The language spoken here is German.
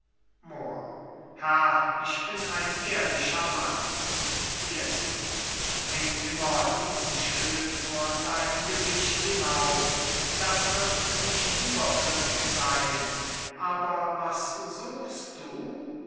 herr ich bin ein ehrlicher mann fiesco häng immer diesen schild vor dein gesicht hinaus das wird nicht überflüssig sein aber was suchst du